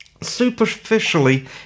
Superficially